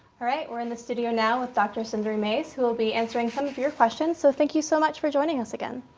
all right. we're in the studio now with dr. sundari mase, who will be answering some your questions. so thank you so much for joining us again.